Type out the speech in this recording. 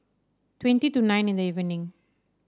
twenty to nine in the evening